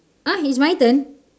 ah is my turn